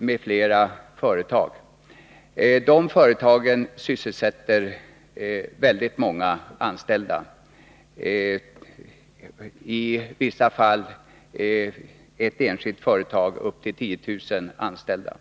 m.fl. De företagen har väldigt många anställda, i vissa fall sysselsätter ett enskilt företag upp till 10 000 personer.